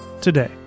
today